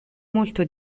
molto